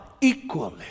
equally